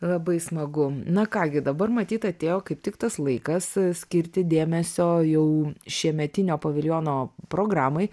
labai smagu na ką gi dabar matyt atėjo kaip tik tas laikas skirti dėmesio jau šiemetinio paviljono programai